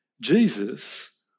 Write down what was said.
Jesus